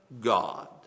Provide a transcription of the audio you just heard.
God